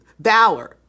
valor